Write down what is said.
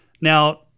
Now